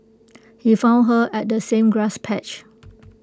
he found her at the same grass patch